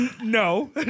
No